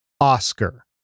Oscar